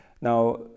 Now